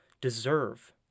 deserve